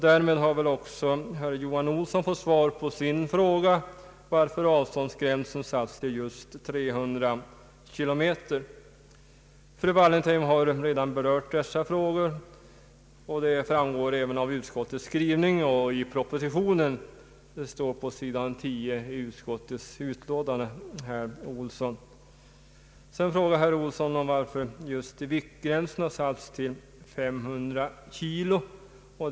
Därmed har väl också herr Johan Olsson fått svar på sin fråga varför avståndsgränsen satts till just 300 kilometer. Fru Wallentheim har redan berört denna fråga, och den har behandlats även av utskottet och i propositionen. Det står på s. 10 i utskottets utlåtande, herr Olsson. Herr Olsson frågar också varför viktgränsen har satts till 500 kg.